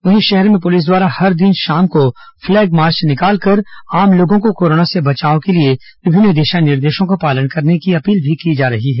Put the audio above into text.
वहीं शहर में पुलिस द्वारा हर दिन शाम को पलैग मार्च निकालकर आम लोगों को कोरोना से बचाव के लिए विभिन्न दिशा निर्देशों का पालन करने की अपील भी की जा रही है